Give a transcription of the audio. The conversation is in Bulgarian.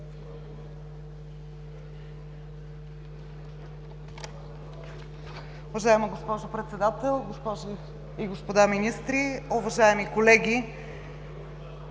Уважаема госпожо Председател, госпожи и господа министри, уважаеми колеги!